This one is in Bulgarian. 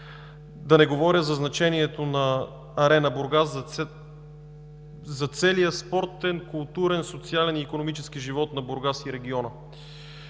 да не говоря за значението на „Арена Бургас“ за целия спортен, културен, социален и икономически живот на Бургас и региона.